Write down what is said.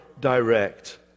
direct